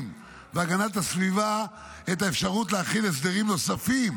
והגנת הסביבה את האפשרות להחיל הסדרים נוספים